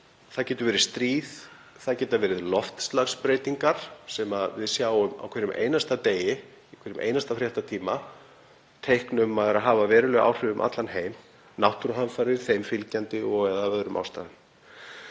Það getur verið stríð, það geta verið loftslagsbreytingar, sem við sjáum á hverjum einasta degi, í hverjum einasta fréttatíma, teikn um að séu að hafa veruleg áhrif um allan heim, náttúruhamfarir þeim fylgjandi eða af öðrum ástæðum.